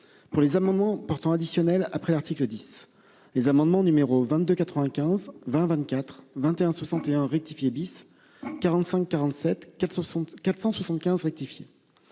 Pour les amendements portant additionnel après l'article 10, les amendements numéro 22 95 20 24 21 61 rectifié bis. 45 47 400 ce